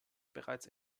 bereits